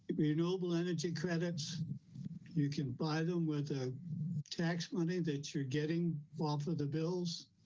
renewable energy credits you can buy them with a tax money that you're getting off of the bills,